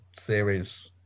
Series